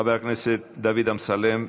חבר הכנסת דוד אמסלם,